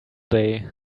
day